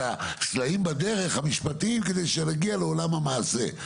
הסלעים בדרך המשפטית כדי שנגיע לעולם המעשה,